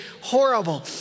horrible